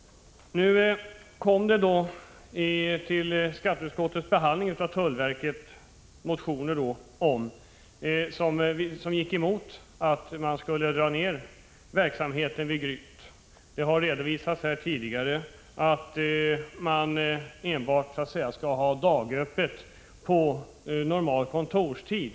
I anslutning till skatteutskottets behandling av frågan om anslag till tullverket väcktes motioner som gick emot förslaget att verksamheten vid Gryt skulle dras ned. Det har tidigare redovisats att man avsåg att enbart ha dagöppet på normal kontorstid.